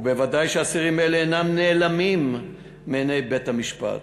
וודאי שאסירים אלה אינם נעלמים מעיני בית-המשפט.